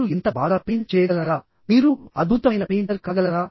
మీరు ఇంత బాగా పెయింట్ చేయగలరా మీరు అద్భుతమైన పెయింటర్ కాగలరా